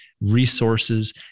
resources